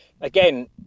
again